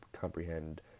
comprehend